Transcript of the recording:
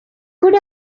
could